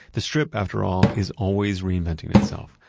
the strip after all is always reinventing itself,